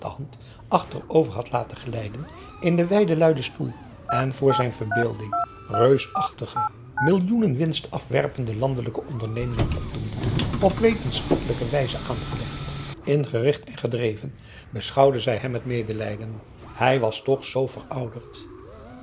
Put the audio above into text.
achterover had laten glijden in den wijden luien stoel en voor zijn verbeelding reusachtige millioenen winst afwerpende landelijke ondernemingen opdoemden op wetenschappelijke wijze aangelegd ingericht en gedreven beschouwde zij hem met medelijden hij was toch zoo verouderd